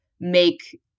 make